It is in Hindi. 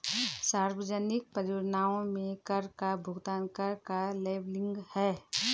सार्वजनिक परियोजनाओं में कर का भुगतान कर का लेबलिंग है